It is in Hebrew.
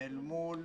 אל מול